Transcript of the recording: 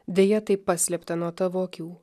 deja tai paslėpta nuo tavo akių